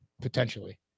potentially